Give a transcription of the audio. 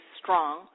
strong